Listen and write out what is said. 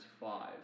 five